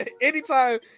anytime